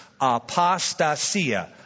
Apostasia